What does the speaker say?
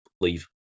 leave